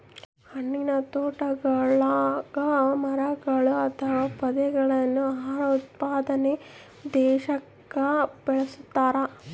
ಹಣ್ಣಿನತೋಟಗುಳಗ ಮರಗಳು ಅಥವಾ ಪೊದೆಗಳನ್ನು ಆಹಾರ ಉತ್ಪಾದನೆ ಉದ್ದೇಶಕ್ಕ ಬೆಳಸ್ತರ